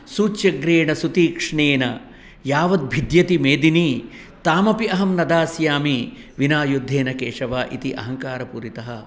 सूच्यग्रेण सुतीक्ष्णेन यावद्भिद्यति मेदिनी तामपि अहं न दास्यामि विना युद्धेन केशव इति अहङ्कारपूरितः